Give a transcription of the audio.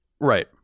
Right